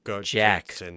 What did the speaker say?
Jack